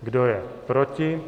Kdo je proti?